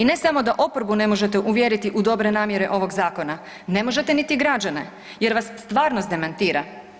I ne samo da oporbu ne možete uvjeriti u dobre namjere ovog zakona, ne možete niti građane jer vas stvarnost demantira.